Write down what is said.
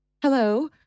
Hello